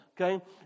okay